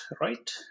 right